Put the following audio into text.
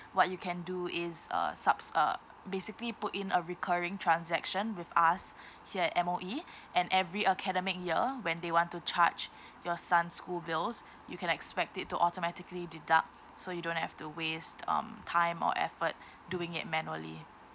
what you can do is uh subs uh basically put in a recurring transaction with us here at M_O_E and every academic year when they want to charge your son school bills you can expect it to automatically deduct so you don't have to waste um time or effort doing it manually